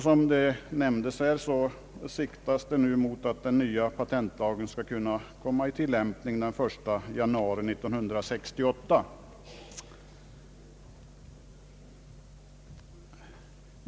Som nämnts siktas det nu mot att den nya patentlagen skall kunna komma i tillämpning den 1 januari 1968.